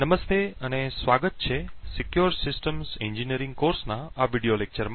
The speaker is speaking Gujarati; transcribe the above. નમસ્તે અને સ્વાગત છે સીકયોર સિસ્ટમ્સ એન્જિનિયરિંગ કોર્સના આ વીડિયો લેક્ચરમાં